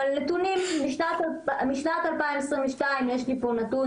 יש לי פה נתון